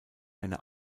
eine